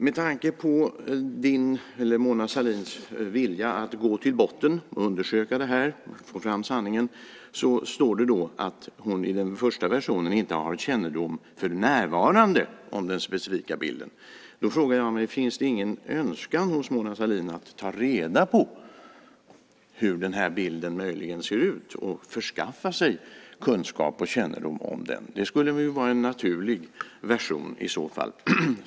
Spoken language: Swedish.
Med tanke på Mona Sahlins vilja att gå till botten och undersöka detta, få fram sanningen, sägs i den första versionen att hon "för närvarande" inte har kännedom om den specifika bilden. Därför undrar jag: Finns det ingen önskan hos Mona Sahlin att ta reda på hur bilden möjligen ser ut och att förskaffa sig kunskap och kännedom om den? Det skulle ju vara en naturlig version i så fall.